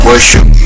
Worship